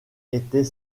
était